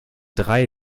drei